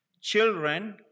Children